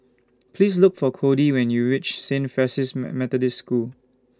Please Look For Kody when YOU REACH Saint Francis Methodist School